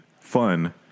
fun